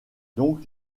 donc